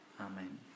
Amen